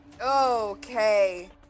Okay